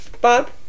Bob